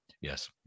Yes